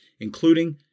including